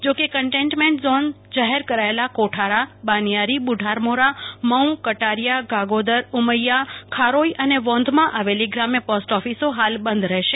જો કે containment zone જાહેર કરાયેલા કોઠારા બનિયારી બુઢારમોરા મઉં કટારિથા ગાગોદર ઉમૈથા ખારોઈ અને વોંધ માં આવેલી ગ્રામ્ય પોસ્ટ ઓફિસો હાલ બંધ રહેશે